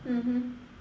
mmhmm